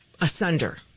asunder